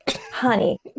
honey